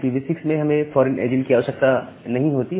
IPv6 में हमें foreign agent की आवश्यकता नहीं होती